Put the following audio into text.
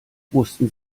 wussten